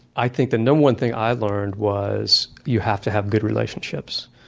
i think the number one thing i learned was, you have to have good relationships.